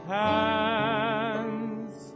hands